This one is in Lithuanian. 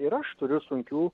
ir aš turiu sunkių